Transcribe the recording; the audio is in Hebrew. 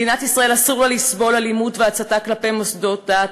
מדינת ישראל אסור לה לסבול אלימות והצתה כלפי מוסדות דת,